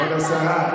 לא נורא.